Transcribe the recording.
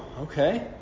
okay